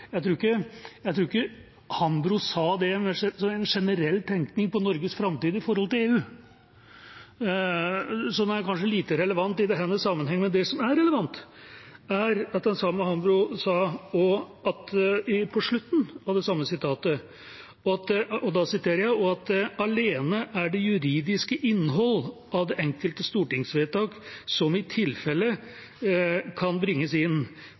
Jeg tror ikke Hambro sa det med en generell tenkning på Norges framtidige forhold til EU, så det er kanskje lite relevant i denne sammenhengen. Men det som er relevant, er at den samme Hambro på slutten av det samme sitatet sa: «og at det alene er det juridiske innhold av de enkelte stortingsvedtak som i tilfelle kan bringes inn